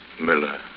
Miller